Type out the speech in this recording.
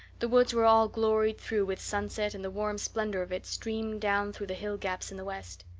the woods were all gloried through with sunset and the warm splendor of it streamed down through the hill gaps in the west.